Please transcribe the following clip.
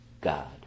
God